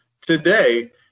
today